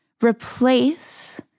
replace